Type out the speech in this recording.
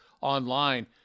online